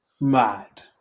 Mad